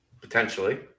Potentially